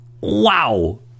wow